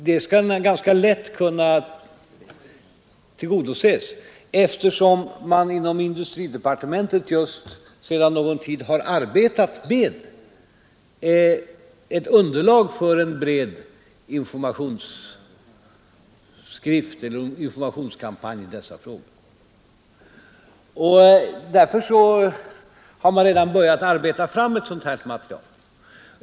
Det skall ganska lätt kunna tillgodoses, eftersom man inom industridepartementet sedan någon tid har arbetat med ett underlag för en bred informationskampanj i dessa frågor. Därför har man redan börjat arbeta fram ett sådant material.